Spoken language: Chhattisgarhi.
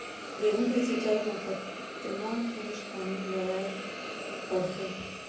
गेहूँ के सिंचाई मा कतना इंच पानी लगाए पड़थे?